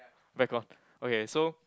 back on okay so